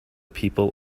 people